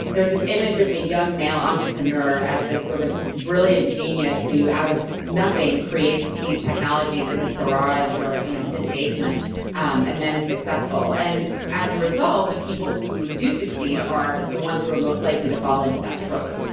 there is this image of the young male entrepreneur as this sort of brilliant genius who out of nothing creates these technologies in his garage or you know in his basement and then is successful. and as a result, the people who do succeed are the ones who are most likely to fall into that trope.